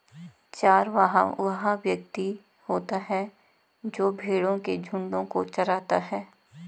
चरवाहा वह व्यक्ति होता है जो भेड़ों के झुंडों को चराता है